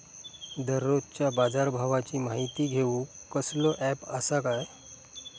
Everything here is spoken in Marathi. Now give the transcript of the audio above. दररोजच्या बाजारभावाची माहिती घेऊक कसलो अँप आसा काय?